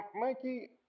Mikey